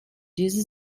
diese